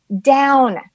down